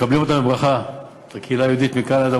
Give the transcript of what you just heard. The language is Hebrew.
מקבלים אותם בברכה, את הקהילה היהודית מקנדה.